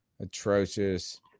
Atrocious